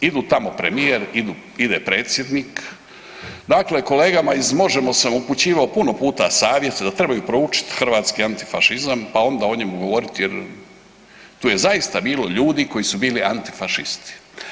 Idu tamo premijer, ide predsjednik, dakle kolegama iz Možemo! sam upućivao puno puta savjete da trebaju proučiti hrvatski antifašizam pa onda o njemu govoriti jer tu je zaista bilo ljudi koji su bili antifašisti.